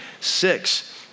six